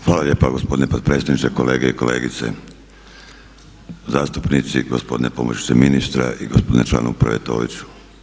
Hvala lijepa gospodine potpredsjedniče, kolege i kolegice, zastupnici, gospodine pomoćniče ministra i gospodine član Uprave Toliću.